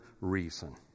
reason